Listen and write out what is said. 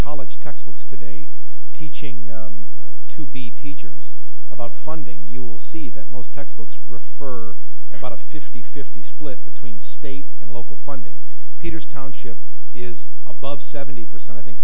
college textbooks today teaching to be teachers about funding you'll see that most textbooks refer about a fifty fifty split between state and local funding peters township is above seventy percent i think